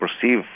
perceive